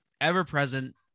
ever-present